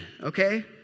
Okay